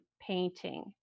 painting